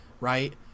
right